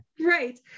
Right